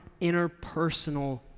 interpersonal